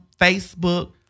Facebook